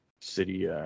city –